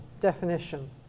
definition